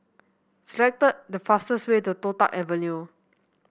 select the fastest way to Toh Tuck Avenue